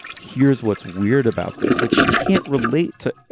here's what's weird about this. like she can't relate to,